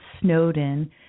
Snowden